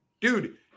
Dude